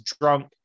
drunk